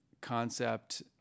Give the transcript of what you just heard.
concept